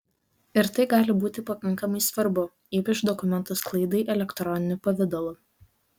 ir tai gali būti pakankamai svarbu ypač dokumentų sklaidai elektroniniu pavidalu